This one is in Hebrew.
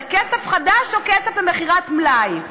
זה כסף חדש או כסף ממכירת מלאי?